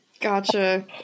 Gotcha